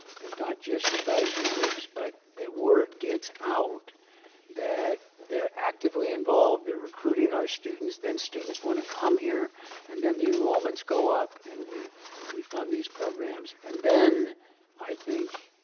they're not just advisory groups, but the word gets out that they're actively involved, they're recruiting our students. then students want to come here and then the enrollments go up and we we fund these programs. and then i think,